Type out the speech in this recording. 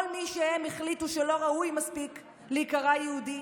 כל מי שהם החליטו שלא ראוי מספיק להיקרא יהודי,